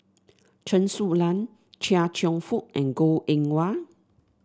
Chen Su Lan Chia Cheong Fook and Goh Eng Wah